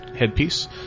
Headpiece